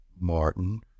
Martin